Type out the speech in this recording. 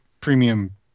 Premium